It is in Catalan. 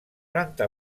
planta